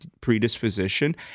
predisposition